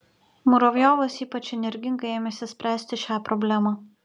muravjovas ypač energingai ėmėsi spręsti šią problemą